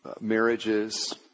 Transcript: marriages